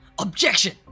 OBJECTION